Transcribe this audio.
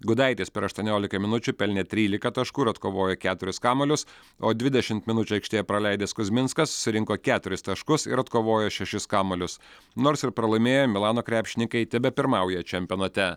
gudaitis per aštuonioliką minučių pelnė trylika taškų ir atkovojo keturis kamuolius o dvidešimt minučių aikštėje praleidęs kuzminskas surinko keturis taškus ir atkovojo šešis kamuolius nors ir pralaimėjo milano krepšininkai tebepirmauja čempionate